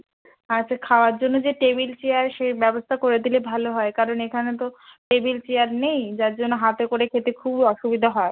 আচ্ছা খাওয়ার জন্য যে টেবিল চেয়ার সেই ব্যবস্থা করে দিলে ভালো হয় কারণ এখানে তো টেবিল চেয়ার নেই যার জন্য হাতে করে খেতে খুব অসুবিধা হয়